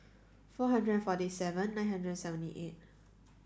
four hundred and forty seven nine hundred and seventy eight